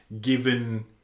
given